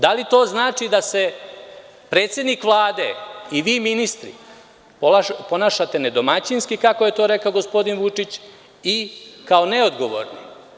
Da li to znači da se predsednik Vlade i vi ministri ponašate nedomaćinski, kako je to rekao gospodin Vučić, i kao neodgovorni?